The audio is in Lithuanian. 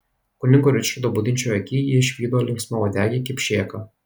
kunigo ričardo budinčioj aky ji išvydo linksmauodegį kipšėką